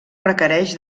requereix